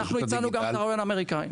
אני אציע את הרעיון האמריקאי.